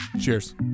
cheers